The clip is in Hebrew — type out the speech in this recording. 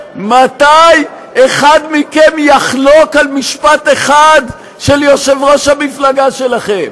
מתי אחד מכם יחלוק על משפט אחד של יושב-ראש המפלגה שלכם?